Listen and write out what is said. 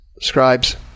scribes